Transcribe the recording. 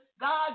God